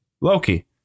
Loki